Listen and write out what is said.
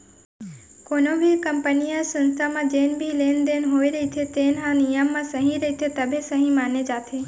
कोनो भी कंपनी य संस्था म जेन भी लेन देन होए रहिथे तेन ह नियम म सही रहिथे तभे सहीं माने जाथे